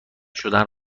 شدن